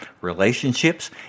relationships